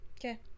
okay